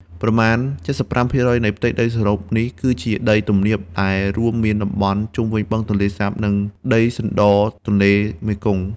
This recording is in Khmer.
ប្រមាណ ៧៥% នៃផ្ទៃដីសរុបនេះគឺជាដីទំនាប ដែលរួមមានតំបន់ជុំវិញបឹងទន្លេសាប និងដីសណ្ដទន្លេមេគង្គ។